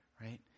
right